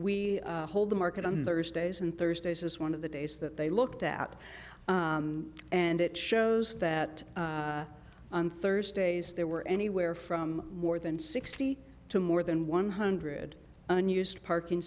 they hold the market on the first days and thursdays is one of the days that they looked out and it shows that on thursdays there were anywhere from more than sixty to more than one hundred unused parking